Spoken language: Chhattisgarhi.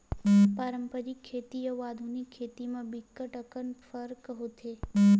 पारंपरिक खेती अउ आधुनिक खेती म बिकट अकन फरक होथे